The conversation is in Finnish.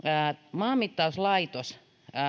maanmittauslaitos